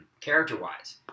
character-wise